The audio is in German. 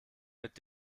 mit